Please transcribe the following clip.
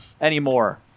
anymore